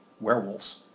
werewolves